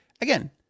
again